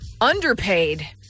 underpaid